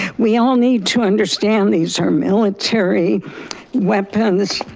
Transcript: we all need to understand these are military weapons,